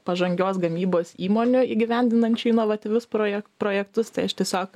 pažangios gamybos įmonių įgyvendinančių inovatyvius proje projektus tai aš tiesiog